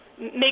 make